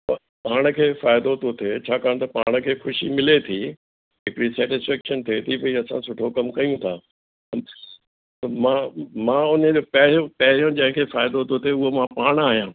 पा पाण खे फ़ाइदो थो थिए छाकाणि त पाण खे ख़ुशी मिले थी हिकिड़ी सेटिस्फैक्शन थिए थी भई असां सुठो कमु कयूं था त मां मां हुनजो पहिरियों पहिरियों जंहिंखे फ़ाइदो थो थिए उहो मां पाणि आहियां